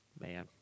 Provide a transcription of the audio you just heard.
Man